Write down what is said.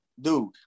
dude